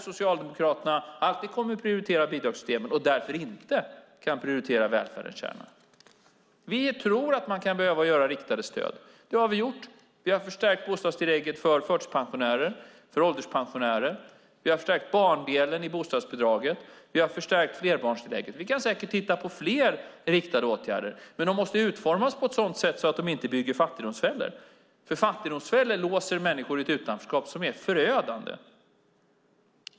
Socialdemokraterna kommer alltid att prioritera bidragssystemen och inte välfärdens kärna. Vi tror att det kan behövas riktade stöd. Vi har gjort sådana. Vi har förstärkt bostadstillägget för förtidspensionärer och ålderspensionärer. Vi har förstärkt barndelen i bostadsbidraget, och vi har förstärkt flerbarnstillägget. Vi kan säkert titta på fler riktade åtgärder, men de måste utformas på ett sådant sätt att de inte bygger fattigdomsfällor. Fattigdomsfällor låser nämligen människor i ett utanförskap som är förödande.